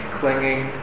clinging